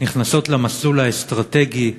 נכנסות למסלול האסטרטגי,